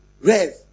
Rev